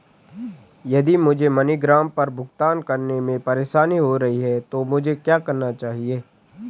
यदि मुझे मनीग्राम पर भुगतान करने में परेशानी हो रही है तो मुझे क्या करना चाहिए?